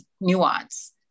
nuance